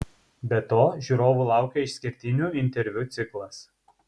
be to žiūrovų laukia išskirtinių interviu ciklas